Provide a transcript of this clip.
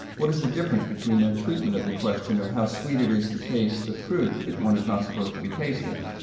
what is the difference between their treatment of the question of how sweet it is to taste the fruit that one is not supposed to be tasting?